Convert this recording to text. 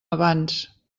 abans